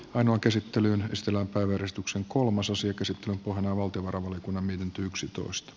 ainoa käsittelyyn estellä vedostuksen kolmososio kysytty kohde valtiovarainvaliokunnan mietintö